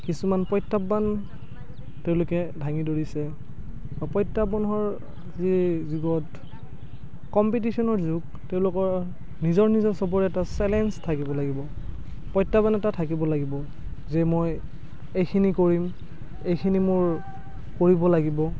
কিছুমান প্ৰত্য়াহ্বান তেওঁলোকে দাঙি ধৰিছে প্ৰত্য়াহ্বানৰ যি যুগত কম্পিটিচনৰ যুগ তেওঁলোকৰ নিজৰ নিজৰ চবৰে এটা চেলেঞ্জ থাকিব লাগিব প্ৰত্য়াহ্বান এটা থাকিব লাগিব যে মই এইখিনি কৰিম এইখিনি মোৰ কৰিব লাগিব